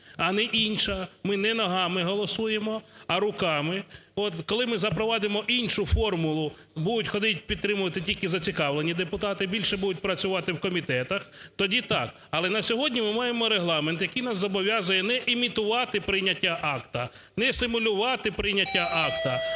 а не інші, ми не ногами голосуємо, а руками, коли ми запровадимо іншу формулу, будуть ходити, підтримувати тільки зацікавлені депутати, більше будуть працювати в комітетах, тоді так. Але на сьогодні ми маємо Регламент, який нас зобов'язує не імітувати прийняття акта, не симулювати прийняття акта,